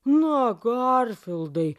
na garfildai